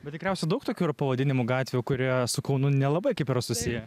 bet tikriausia daug tokių yra pavadinimų gatvių kurie su kaunu nelabai kaip yra susiję